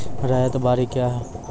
रैयत बाड़ी क्या हैं?